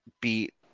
beat